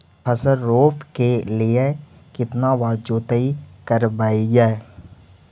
फसल रोप के लिय कितना बार जोतई करबय?